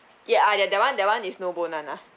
ya uh that one that one is no bone one ah